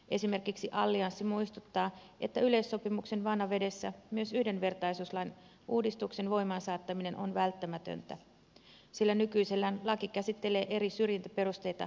esimerkiksi allianssi muistuttaa että yleissopimuksen vanavedessä myös yhdenvertaisuuslain uudistuksen voimaansaattaminen on välttämätöntä sillä nykyisellään laki käsittelee eri syrjintäperusteita eriarvoisella tavalla